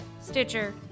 Stitcher